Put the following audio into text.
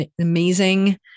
amazing